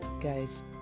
Guys